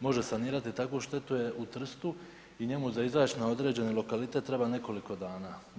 može sanirati takvu štetu je u Trstu i njemu za izaći na određeni lokalitet treba nekoliko dana.